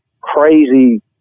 crazy